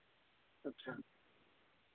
अच्छा